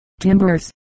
timbers